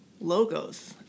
logos